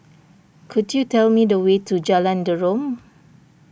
could you tell me the way to Jalan Derum